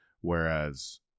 whereas